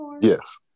Yes